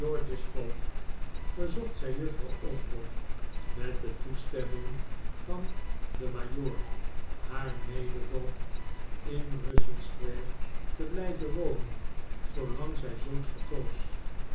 george's voogd verzocht zij juffrouw osborne met de toestemming van den majoor haar medevoogd in russell square te blijven wonen zoolang zij zulks verkoos